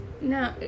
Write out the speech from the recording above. No